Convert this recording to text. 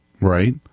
Right